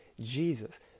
Jesus